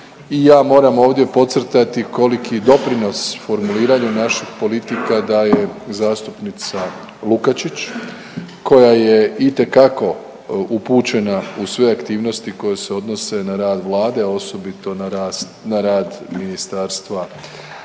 i ja moram ovdje podcrtati koliki doprinos formuliranju naših politika da je zastupnica Lukačić koja je itekako upućena u sve aktivnosti koje se odnose na rad Vlade, osobito na rad Ministarstvo rada,